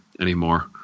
anymore